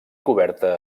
coberta